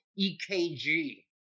EKG